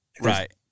Right